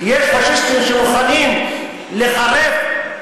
יש פאשיסטים שמוכנים לחרף,